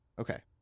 okay